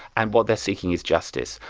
and what they're seeking is justice.